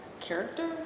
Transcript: character